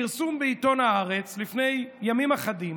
פרסום בעיתון הארץ לפני ימים אחדים: